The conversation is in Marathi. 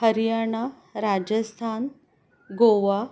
हरियाणा राजस्थान गोवा